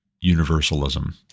universalism